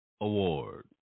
Award